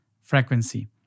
frequency